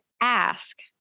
Ask